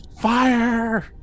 Fire